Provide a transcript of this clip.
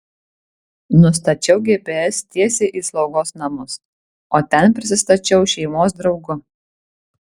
nustačiau gps tiesiai į slaugos namus o ten prisistačiau šeimos draugu